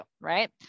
right